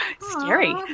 Scary